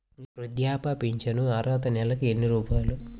వృద్ధాప్య ఫింఛను అర్హత నెలకి ఎన్ని రూపాయలు?